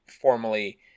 formally